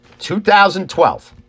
2012